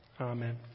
Amen